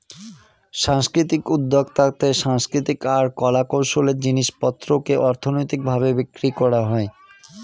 সাংস্কৃতিক উদ্যক্তাতে সাংস্কৃতিক আর কলা কৌশলের জিনিস পত্রকে অর্থনৈতিক ভাবে বিক্রি করা হয়